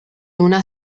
una